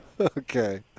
Okay